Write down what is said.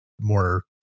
more